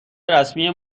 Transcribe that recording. رسمی